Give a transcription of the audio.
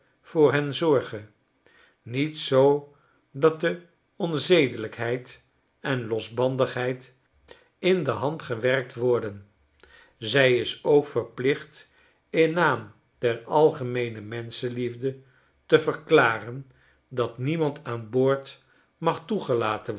voor hen zorge niet zoo dat de onzedelijkheid en losbandigheid in de hand gewerkt worden zij is ook verplicht in naam der algemeenemenschenliefde te verklaren dat niemand aan boord mag toegelaten